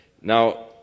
Now